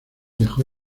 dejó